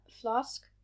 flask